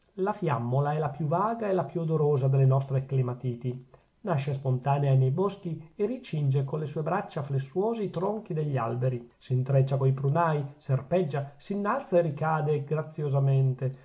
la fiammola è la più vaga e la più odorosa delle nostre clematiti nasce spontanea ne boschi e ricinge con le sue braccia flessuose i tronchi degli alberi s'intreccia coi prunai serpeggia s'innalza e ricade graziosamente